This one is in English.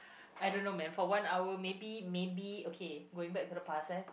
I don't know man for one hour maybe maybe okay going back to the eh